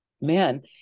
man